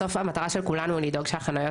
בסוף המטרה של כולנו היא לדאוג שהחניות